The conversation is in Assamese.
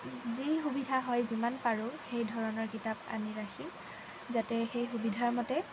যি সুবিধা হয় যিমান পাৰোঁ সেইধৰণৰ কিতাপ আনি ৰাখিম যাতে সেই সুবিধা মতে